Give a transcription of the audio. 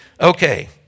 Okay